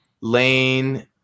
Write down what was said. lane